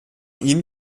ihn